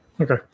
Okay